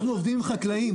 אנחנו עובדים עם חקלאים.